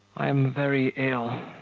i am very ill,